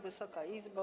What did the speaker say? Wysoka Izbo!